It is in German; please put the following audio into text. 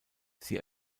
sie